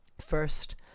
First